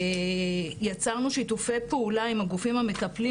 יצרנו שיתופי פעולה עם הגופים המטפלים